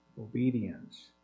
Obedience